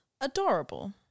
adorable